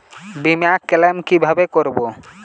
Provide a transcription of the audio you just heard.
বিমা ক্লেম কিভাবে করব?